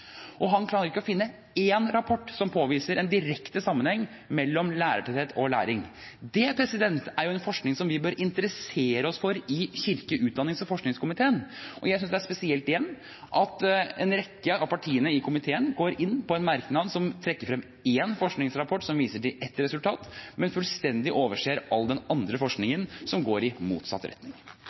og han klarer ikke å finne én rapport som påviser en direkte sammenheng mellom lærertetthet og læring – er jo en forskning som vi i kirke-, utdannings- og forskningskomiteen bør interessere oss for. Jeg synes det er spesielt – igjen – at en rekke av partiene i komiteen går inn på en merknad som trekker frem én forskningsrapport som viser til ett resultat, men fullstendig overser all den andre forskningen, som går i motsatt retning.